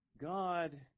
God